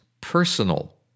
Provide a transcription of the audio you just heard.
personal